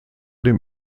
dem